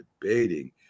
debating